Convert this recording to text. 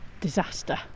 disaster